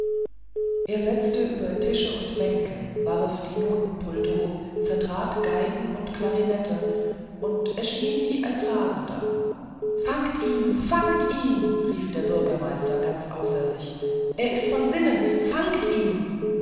er setzte über tische und bänke warf die notenpulte um zertrat geigen und klarinette und erschien wie ein rasender fangt ihn fangt ihn rief der bürgermeister ganz außer sich er ist von sinnen fangt ihn